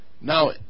Now